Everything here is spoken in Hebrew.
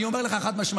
אני אומר לך חד-משמעית,